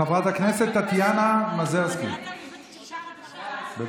חברת הכנסת טטיאנה מזרסקי, בבקשה.